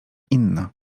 inna